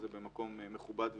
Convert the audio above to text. זה במקום מכובד ומכבד.